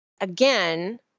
Again